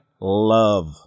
love